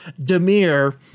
Demir